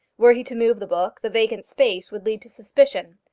were he to move the book, the vacant space would lead to suspicion.